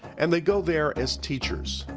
and they go there as teachers.